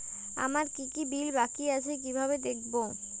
আমার কি কি বিল বাকী আছে কিভাবে দেখবো?